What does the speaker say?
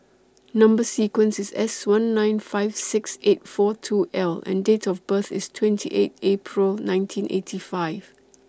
Number sequence IS S one nine five six eight four two L and Date of birth IS twenty eight April nineteen eighty five